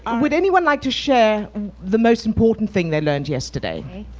um would anyone like to share the most important thing they learned yesterday?